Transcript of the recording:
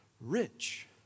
rich